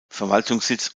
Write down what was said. verwaltungssitz